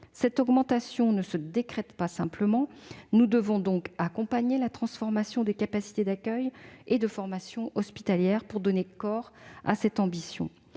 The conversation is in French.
Cette augmentation ne se décrète pas simplement : nous devons accompagner la transformation des capacités d'accueil et de formation hospitalière pour donner corps à notre ambition.